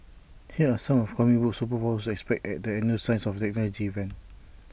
here are some of comic book superpowers to expect at the annual science and technology event